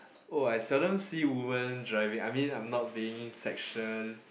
oh I seldom see women driving I mean I am not being sexual